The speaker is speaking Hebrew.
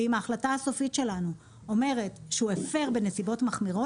ואם ההחלטה הסופית שלנו אומרת שהוא הפר בנסיבות מחמירות,